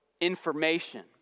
information